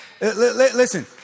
Listen